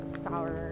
sour